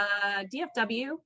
DFW